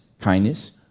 kindness